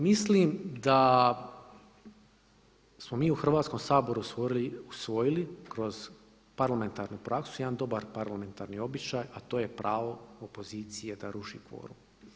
Mislim da smo mi u Hrvatskom saboru usvojili kroz parlamentarnu praksu jedan dobar parlamentarni običaj a to je pravo opozicije da ruši kvorum.